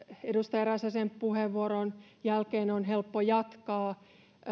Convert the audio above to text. edustaja räsäsen puheenvuoron jälkeen on helppo jatkaa